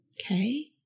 Okay